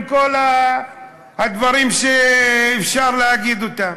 עם כל הדברים שאפשר להגיד אותם.